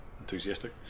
enthusiastic